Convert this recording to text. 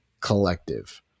Collective